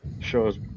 Shows